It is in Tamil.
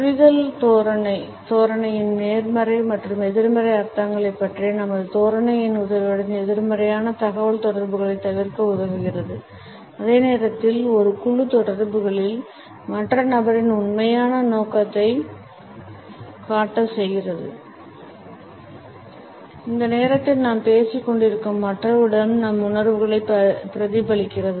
புரிதல் தோரணையின் நேர்மறை மற்றும் எதிர்மறை அர்த்தங்களைப் பற்றிய நமது தோரணையின் உதவியுடன் எதிர்மறையான தகவல்தொடர்புகளைத் தவிர்க்க உதவுகிறது அதே நேரத்தில் ஒரு குழு தொடர்புகளில் மற்ற நபரின் உண்மையான நோக்கங்களை காட்ட செய்கிறது இந்த நேரத்தில் நாம் பேசிக் கொண்டிருக்கும் மற்றவர்களிடம் நம் உணர்வுகளை பிரதிபலிக்கிறது